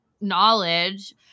knowledge